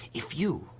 if you